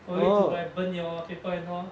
for you to like burn your paper and all